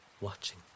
Watching